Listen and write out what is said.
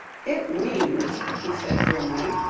it means, he said grimly,